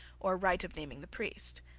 or right of naming the priest.